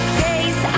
days